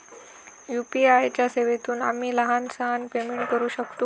UPI च्या सेवेतून आम्ही लहान सहान पेमेंट करू शकतू काय?